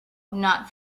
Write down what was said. not